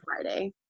Friday